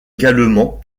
également